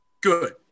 good